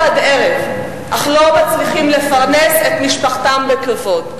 עד ערב אך לא מצליחים לפרנס את משפחתם בכבוד,